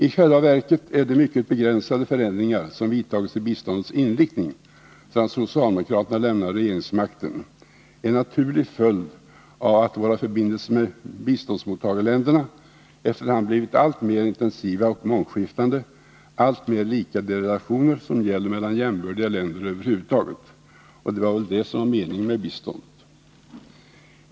I själva verket är de mycket begränsade förändringar som vidtagits i biståndets inriktning sedan socialdemokraterna lämnade regeringsmakten en naturlig följd av att våra förbindelser med biståndsmottagarländerna efter hand blivit alltmer intensiva och mångskiftande, alltmer lika de relationer som gäller mellan jämbördiga länder över huvud taget. Och det var väl det som var meningen med biståndet!